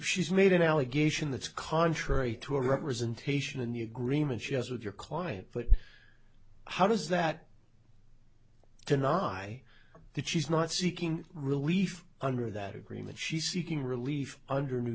she's made an allegation that's contrary to representation in the agreement she has with your client but how does that deny that she's not seeking relief under that agreement she's seeking relief under new